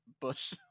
bush